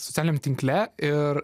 socialiniame tinkle ir